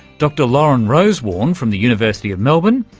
dr lauren rosewarne from the university of melbourne,